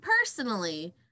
personally